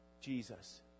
Jesus